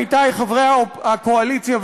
עמיתי חברי הקואליציה,